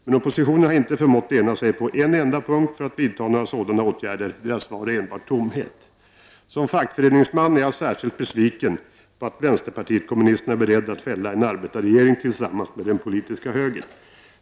Men oppositionen har inte förmått ena sig på en enda punkt för att vidta några sådana åtgärder. Dess svar är enbart tomhet. Som fackföreningsman är jag särskilt besviken över att vänsterpartiet kommunisterna är berett att fälla en arbetarregering tillsammans med den politiska högern.